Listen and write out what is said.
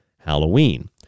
Halloween